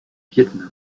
vietnam